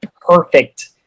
perfect